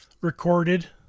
recorded